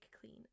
clean